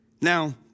Now